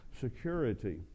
security